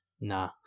Nah